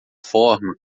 forma